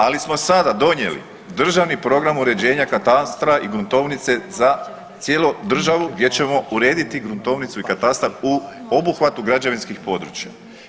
Ali smo sada donijeli Državni program uređenja katastra i gruntovnice za cijelu državu gdje ćemo urediti gruntovnicu i katastar u obuhvatu građevinskih područja.